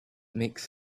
makes